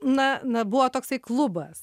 na na buvo toksai klubas